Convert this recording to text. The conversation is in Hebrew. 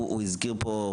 הוא הזכיר פה,